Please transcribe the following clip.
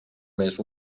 més